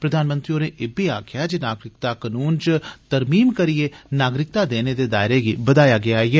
प्रधानमंत्री होरें इब्बी आक्खेआ जे नागरिकता कनून च तरमीम करिए नागरिकता देने दे दायरे गी बघाया गेआ ऐ